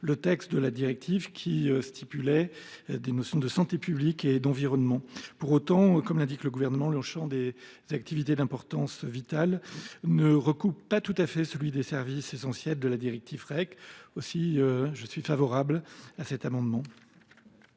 le texte de la directive, qui retenait des notions de santé publique et d’environnement. Pour autant, comme l’indique le Gouvernement, ce champ ne recoupe pas tout à fait celui des services essentiels de la directive REC. Aussi, je suis favorable à cet amendement.